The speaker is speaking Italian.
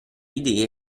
idee